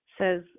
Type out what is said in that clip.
says